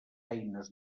eines